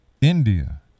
India